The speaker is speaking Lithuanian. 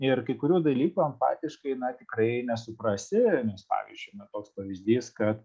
ir kai kurių dalykų empatiškai na tikrai nesuprasi nes pavyzdžiui toks pavyzdys kad